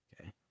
okay